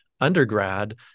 undergrad